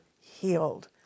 healed